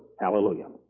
Hallelujah